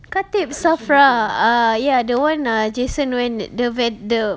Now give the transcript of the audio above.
khatib SAFRA ah ya the one uh jason went the vet~ the